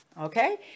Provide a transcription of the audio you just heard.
okay